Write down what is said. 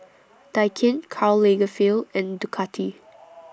Daikin Karl Lagerfeld and Ducati